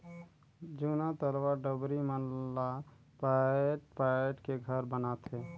जूना तलवा डबरी मन ला पायट पायट के घर बनाथे